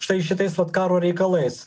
štai šitais karo reikalais